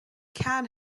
can